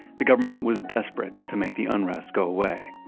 the government was desperate to make the unrest go away